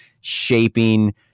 shaping